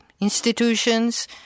institutions